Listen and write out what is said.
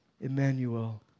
Emmanuel